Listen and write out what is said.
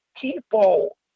people